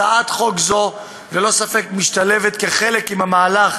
הצעת חוק זו ללא ספק משתלבת כחלק מהמהלך